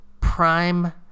prime